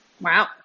Wow